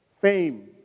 fame